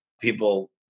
people